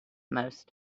most